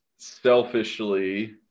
Selfishly